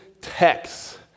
text